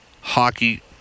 hockey